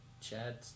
Chad